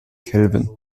kelvin